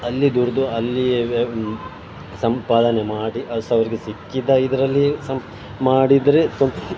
ಅಲ್ಲಿ ದುಡಿದು ಅಲ್ಲಿಯೇ ವ್ಯ ಸಂಪಾದನೆ ಮಾಡಿ ಅದು ಸಹ ಅವರಿಗೆ ಸಿಕ್ಕಿದ ಇದರಲ್ಲಿ ಸಂಪ ಮಾಡಿದರೆ ತೊಂ